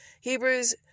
Hebrews